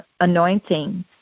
anointing